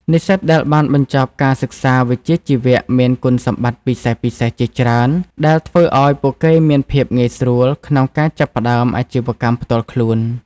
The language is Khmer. និស្សិតដែលបានបញ្ចប់ការសិក្សាវិជ្ជាជីវៈមានគុណសម្បត្តិពិសេសៗជាច្រើន ដែលធ្វើឱ្យពួកគេមានភាពងាយស្រួលក្នុងការចាប់ផ្តើមអាជីវកម្មផ្ទាល់ខ្លួន។